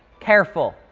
careful.